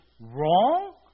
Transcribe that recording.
wrong